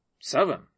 Seven